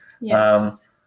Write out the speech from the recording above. Yes